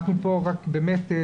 אנחנו פה רק באמת,